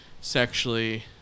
Sexually